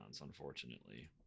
unfortunately